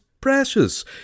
precious